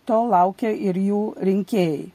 to laukia ir jų rinkėjai